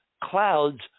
clouds